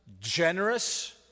generous